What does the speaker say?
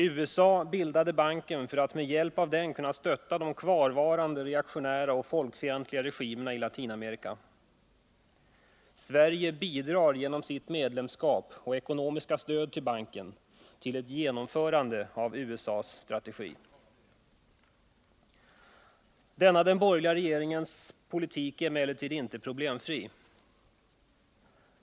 USA bildade banken för att med hjälp av den kunna stötta de kvarvarande reaktionära och folkfientliga regimerna i Latinamerika. Sverige bidrar genom sitt medlemskap och ekonomiska stöd till banken till ett genomförande av USA:s strategi. Denna den borgerliga regeringens politik är emellertid inte problemfri.